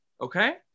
okay